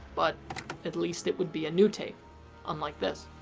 but at least it would be a new take unlike this.